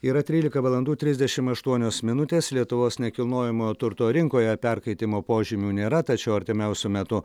yra trylika valandų trisdešimt aštuonios minutės lietuvos nekilnojamojo turto rinkoje perkaitimo požymių nėra tačiau artimiausiu metu